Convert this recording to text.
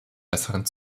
besseren